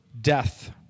death